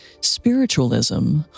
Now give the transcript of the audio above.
spiritualism